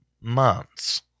months